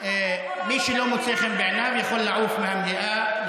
אתה יכול לעבור למדינה אחרת.